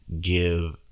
give